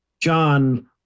John